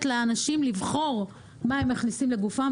לאנשים לבחור מה הם מכניסים לגופם,